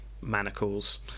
manacles